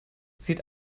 sieht